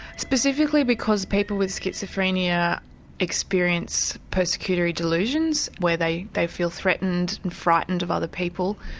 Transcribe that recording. specifically because people with schizophrenia experience persecutory delusions where they they feel threatened and frightened of other people.